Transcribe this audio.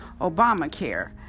Obamacare